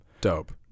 Dope